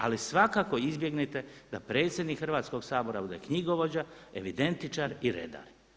Ali svakako izbjegnite da predsjednik Hrvatskoga sabora bude knjigovođa, evidentičar i redar.